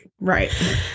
Right